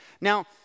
Now